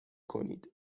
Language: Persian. کنید